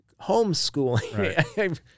homeschooling